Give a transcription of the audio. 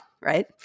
right